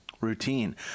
routine